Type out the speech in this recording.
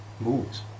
moves